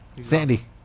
Sandy